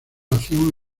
acción